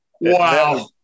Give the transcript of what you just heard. Wow